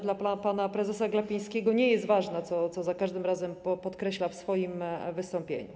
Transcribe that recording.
Dla pana prezesa Glapińskiego nie jest to ważne, co za każdym razem podkreśla w swoim wystąpieniu.